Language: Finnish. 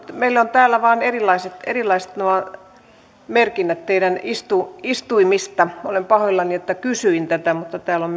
meillä on täällä vain erilaiset erilaiset nuo merkinnät teidän istuimistanne olen pahoillani että kysyin tätä mutta täällä on